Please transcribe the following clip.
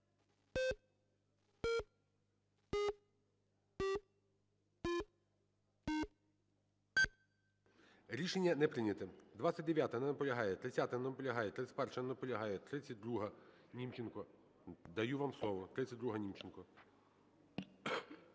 Рішення не прийнято. 29-а. Не наполягає. 30-а. Не наполягає. 31-а. Не наполягає. 32-а, Німченко. Даю вам слово. 32-а, Німченко.